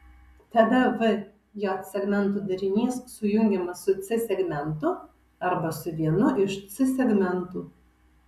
tada v j segmentų darinys sujungiamas su c segmentu arba su vienu iš c segmentų